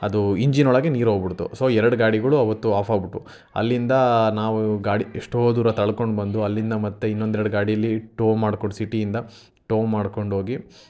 ಅದು ಇಂಜಿನ್ ಒಳಗೆ ನೀರು ಹೋಗ್ಬಿಡ್ತು ಸೊ ಎರಡು ಗಾಡಿಗಳು ಅವತ್ತು ಆಫ್ ಆಗ್ಬಿಟ್ವು ಅಲ್ಲಿಂದ ನಾವು ಗಾಡಿ ಎಷ್ಟೋ ದೂರ ತಳ್ಕೊಂಡು ಬಂದು ಅಲ್ಲಿಂದ ಮತ್ತೆ ಇನ್ನೊಂದು ಎರಡು ಗಾಡಿಲ್ಲಿ ಟ್ರೊ ಮಾಡ್ಕೊಂಡು ಸಿಟಿಯಿಂದ ಟ್ರೊ ಮಾಡ್ಕೊಂಡು ಹೋಗಿ